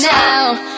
now